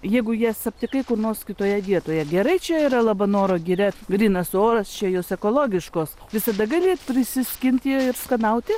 jeigu jas aptikai kur nors kitoje vietoje gerai čia yra labanoro giria grynas oras čia jos ekologiškos visada gali prisiskinti ir skanauti